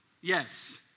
Yes